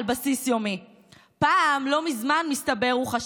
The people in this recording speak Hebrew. גם כן בסופו של עניין הגענו לתוצאה שהיא גבוהה מהממוצע הרב-שנתי באופן